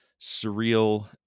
surreal